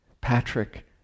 Patrick